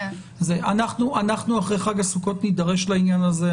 אנחנו אחרי חג הסוכות נידרש לעניין הזה,